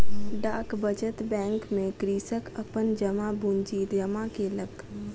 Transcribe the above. डाक बचत बैंक में कृषक अपन जमा पूंजी जमा केलक